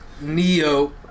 Neo